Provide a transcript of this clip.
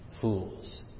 fools